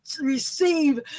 receive